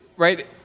Right